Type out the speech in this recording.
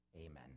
Amen